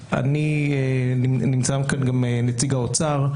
נמצא כאן נציג האוצר.